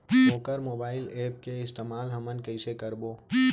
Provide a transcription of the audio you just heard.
वोकर mobile app के इस्तेमाल हमन कइसे करबो?